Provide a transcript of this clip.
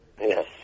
Yes